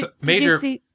major—